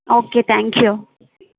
okay thank you